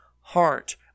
heart